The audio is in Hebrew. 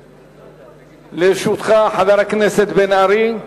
לרשותך, חבר הכנסת בן-ארי,